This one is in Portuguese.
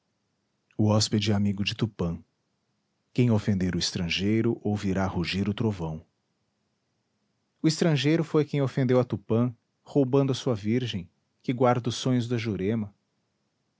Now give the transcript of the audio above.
o hóspede é amigo de tupã quem ofender o estrangeiro ouvirá rugir o trovão o estrangeiro foi quem ofendeu a tupã roubando a sua virgem que guarda os sonhos da jurema